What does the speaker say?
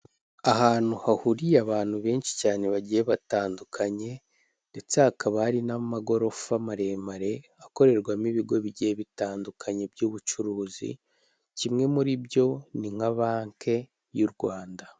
Ahantu hahuriye abantu benshi cyane bagiye batandukanye ndetse hakaba hari n'amagorofa maremare, akorerwamo ibigo bigiye bitandukanye by'ubucuruzi, kimwe muri byo ni nka banki y'Urwanda.